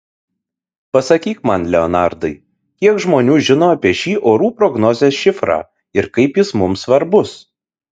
pasakyk man leonardai kiek žmonių žino apie šį orų prognozės šifrą ir kaip jis mums svarbus